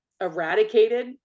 eradicated